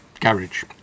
garage